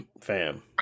Fam